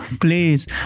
please